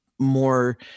more